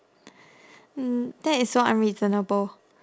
mm that is so unreasonable